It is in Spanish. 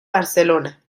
barcelona